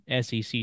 SEC